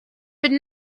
been